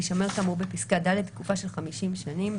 תישמר כאמור בפסקה (ד) לתקופה של 50 שנים,